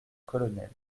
colonel